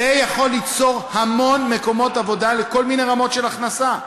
זה יכול ליצור המון מקומות עבודה לכל מיני רמות של הכנסה.